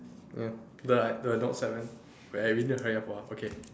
ya the ah we need to hurry up ah okay